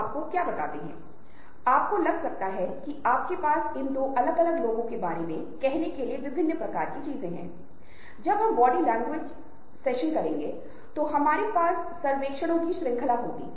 आप देखते हैं कि अगर हमारे पास दोस्त नहीं हैं अगर हम लोगों के साथ संबंध नहीं रखते हैं तो हमें मनोचिकित्सक या परामर्शदाता खोजने की आवश्यकता हो सकती है